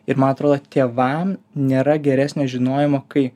ir man atrodo tėvam nėra geresnio žinojimo kai